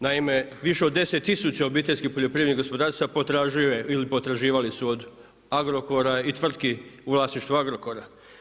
Naime, više od 10000 obiteljskih poljoprivrednih gospodarstava potražuje ili potraživali su od Agrokora i tvrtki u vlasništvu Agrokora.